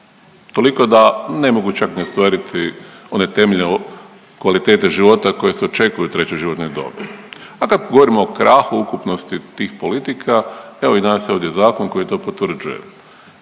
toliko da ne mogu čak ni ostvariti one temeljne kvalitete života koje se očekuju u trećoj životnoj dobi, a kad govorimo o krahu ukupnosti tih politika, evo i danas je ovdje zakon koji to potvrđuje.